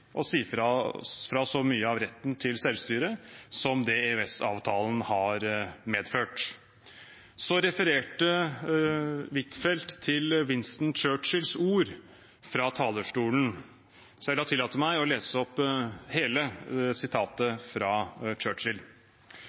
si fra oss fra så mye av retten til selvstyre som det er EØS-avtalen har medført. Anniken Huitfeldt refererte til Winston Churchills ord fra talerstolen, så jeg vil tillate meg å lese opp hele sitatet fra